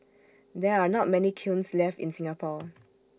there are not many kilns left in Singapore